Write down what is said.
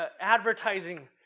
advertising